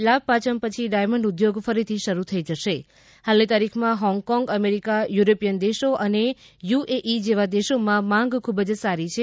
લાભ પાયમ પછી ડાયમંડ ઉદ્યોગ ફરીથી શરૂ થઈ જશે હાલની તારીખમાં હોંગકોંગઅમેરિકા યુરોપિયન દેશો અને યુએઈ જેવા દેશોમાં માંગ ખૂબ જ સારી છે